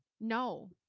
No